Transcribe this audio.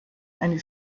eine